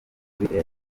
airtel